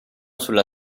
sulla